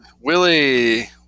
Willie